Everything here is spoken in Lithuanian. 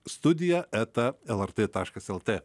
studija eta lrt taškas lt